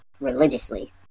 religiously